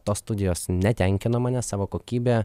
tos studijos netenkino manęs savo kokybe